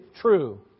true